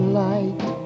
light